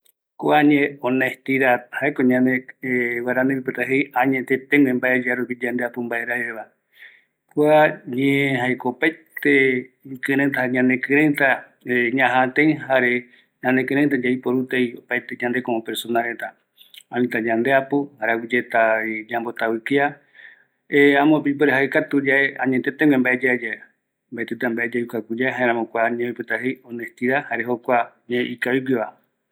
Ikaviko mborombuete ndie kavi yaiko, jare ikavi vi yande añetete jupi rupi kavi ñanemiari vi, mbaeti reve mbae añetet yaeta ye añetete yae, mbaeti ye gara vi ko oë kavi yande ma tenonde mbae yandeve